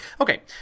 Okay